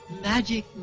Magic